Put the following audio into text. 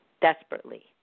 desperately